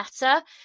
better